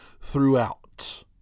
throughout